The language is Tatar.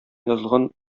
язылган